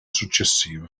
successiva